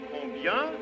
Combien